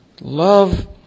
Love